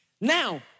now